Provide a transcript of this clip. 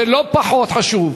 ולא פחות חשוב,